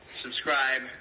Subscribe